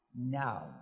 now